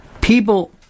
people